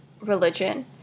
religion